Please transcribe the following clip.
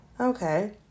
Okay